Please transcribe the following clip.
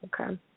okay